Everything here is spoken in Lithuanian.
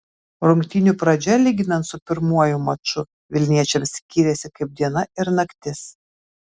rungtynių pradžia lyginant su pirmuoju maču vilniečiams skyrėsi kaip diena ir naktis